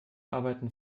arbeiten